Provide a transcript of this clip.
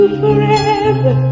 forever